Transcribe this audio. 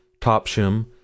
Topsham